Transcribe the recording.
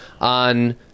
on